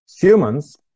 Humans